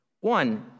One